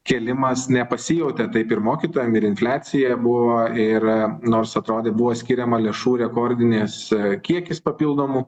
kėlimas nepasijautė taip ir mokytojam ir infliacija buvo ir nors atrodė buvo skiriama lėšų rekordinis kiekis papildomų